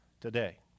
today